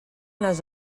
les